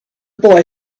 boy